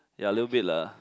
ya little bit lah